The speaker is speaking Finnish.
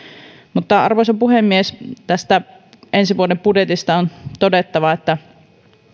arvoisa puhemies tästä ensi vuoden budjetista on todettava että